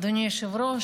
אדוני היושב-ראש,